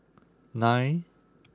nine